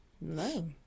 no